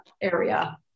area